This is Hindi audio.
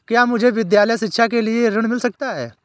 क्या मुझे विद्यालय शिक्षा के लिए ऋण मिल सकता है?